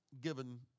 given